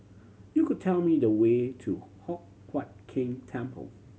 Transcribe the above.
you could tell me the way to Hock Huat Keng Temple